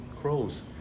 crows